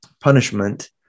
punishment